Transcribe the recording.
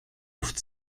oft